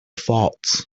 faults